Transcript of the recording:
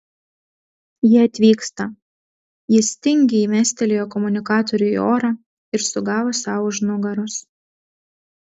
jie atvyksta jis tingiai mestelėjo komunikatorių į orą ir sugavo sau už nugaros